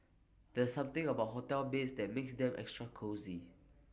there's something about hotel beds that makes them extra cosy